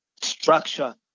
structure